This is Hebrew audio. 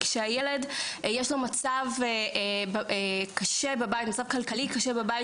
כאשר לילד יש מצב כלכלי קשה בבית,